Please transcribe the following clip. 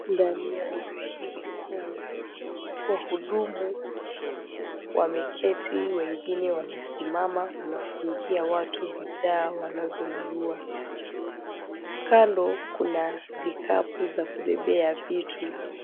Ndani ya duka hili kuu wahudumu wameketi wengine wamesimama wanafungia watu bidhaa wanazo nunua kando kuna vikapu vya kubebea vitu.